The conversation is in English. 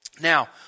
Now